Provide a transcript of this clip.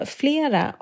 flera